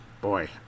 Boy